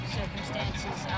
circumstances